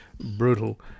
brutal